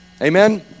Amen